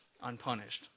unpunished